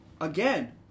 again